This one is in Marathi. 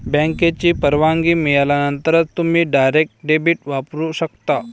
बँकेची परवानगी मिळाल्यानंतरच तुम्ही डायरेक्ट डेबिट वापरू शकता